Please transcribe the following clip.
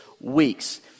weeks